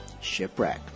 Shipwreck